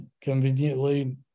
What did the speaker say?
conveniently